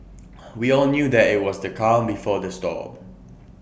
we all knew that IT was the calm before the storm